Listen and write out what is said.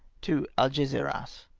to algesiras.